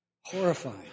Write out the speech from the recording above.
Horrifying